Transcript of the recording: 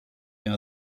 are